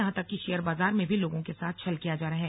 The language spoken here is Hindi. यहां तक की शेयर बाजार में भी लोगों के साथ छल किया जा रहा है